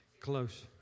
close